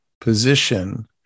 position